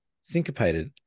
Syncopated